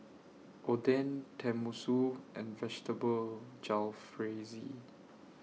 Oden Tenmusu and Vegetable Jalfrezi